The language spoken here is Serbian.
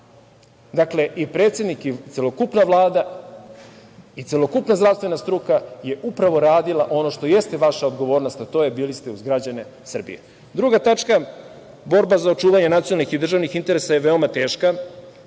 Dakle, i predsednik, i celokupna Vlada, i celokupna zdravstvena struka je upravo radila ono što jeste vaša odgovornost, a to je da ste bili uz građane Srbije. Druga tačka, borba za očuvanje državnih i nacionalnih interesa je veoma teška